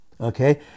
okay